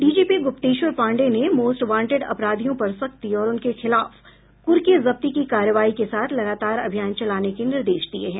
DGP Gupteshwar Pandey ने most wanted अपराधियों पर सख्ती और उनके खिलाफ कुर्की जब्ती की कार्रवाई के साथ लगातार अभियान चलाने के निर्देश दिये हैं